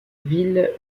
villes